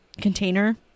container